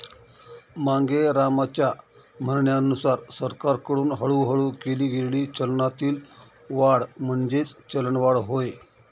मांगेरामच्या म्हणण्यानुसार सरकारकडून हळूहळू केली गेलेली चलनातील वाढ म्हणजेच चलनवाढ होय